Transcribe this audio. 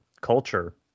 culture